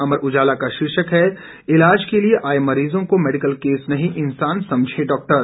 अमर उजाला का शीर्षक है इलाज के लिए आए मरीजों को मेडिकल केस नहीं इंसान समझें डॉक्टर